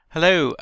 Hello